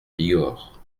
bigorre